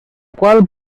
cual